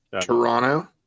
Toronto